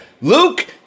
Luke